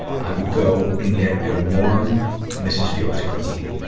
i would go and get a warm mrs. fields cookie.